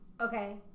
okay